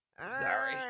sorry